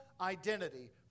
identity